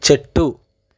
చెట్టు